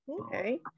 okay